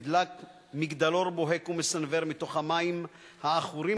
נדלק מגדלור בוהק ומסנוור מתוך המים העכורים